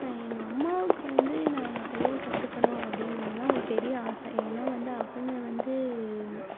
எங்கள் அம்மாவுக்கு வந்து நான் தையல் கற்றுக்கணும் அப்படிங்கிறதுதா ஒரு பெரிய ஆசை ஏன்னா வந்து அவங்க வந்து